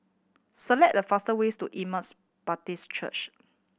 select the fastest ways to Emmaus Baptist Church